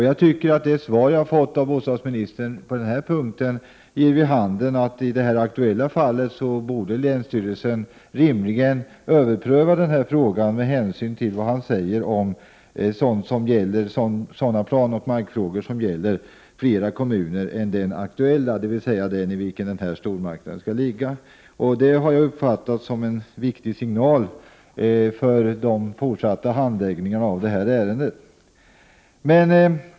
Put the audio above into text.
Jag tycker att det bostadsministern säger i svaret om sådana planoch markfrågor som gäller flera kommuner än den aktuella, dvs. den i vilken stormarknaden skall ligga, ger vid handen att länsstyrelsen i det här aktuella fallet rimligen borde överpröva frågan. Jag har uppfattat det som en viktig signal för den fortsatta handläggningen av detta ärende.